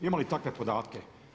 Ima li takve podatke?